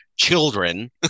Children